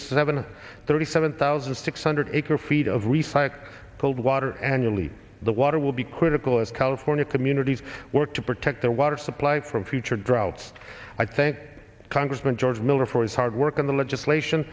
seven to thirty seven thousand six hundred her feet of refight cold water annually the water will be critical as california communities work to protect their water supply from future droughts i thank congressman george miller for his hard work on the legislation